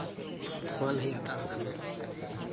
धुआँ नहीं आता आँख में